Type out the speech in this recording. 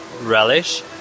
relish